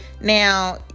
Now